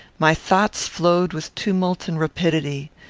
my thoughts flowed with tumult and rapidity.